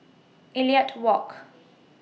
Elliot Walk